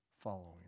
following